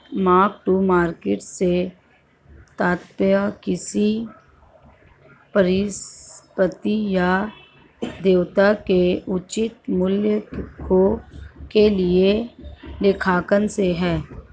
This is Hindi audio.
मार्क टू मार्केट से तात्पर्य किसी परिसंपत्ति या देयता के उचित मूल्य के लिए लेखांकन से है